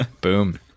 boom